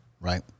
right